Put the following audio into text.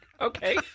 Okay